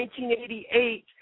1988